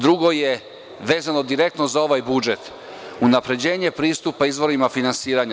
Drugo je vezano direktno za ovaj budžet, unapređenje pristupa izvorima finansiranja.